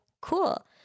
Cool